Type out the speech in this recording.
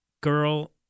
Girl